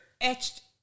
etched